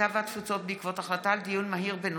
הקליטה והתפוצות בעקבות דיון מהיר בהצעתם של חברי הכנסת אופיר סופר,